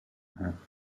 acht